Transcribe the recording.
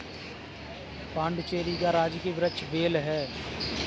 पुडुचेरी का राजकीय वृक्ष बेल है